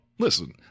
Listen